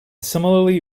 similarly